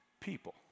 people